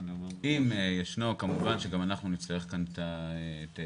אם ישנו - כמובן שגם אנחנו נצטרך כאן את התפ"ש,